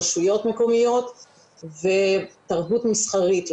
רשויות מקומיות ותרבות מסחרית.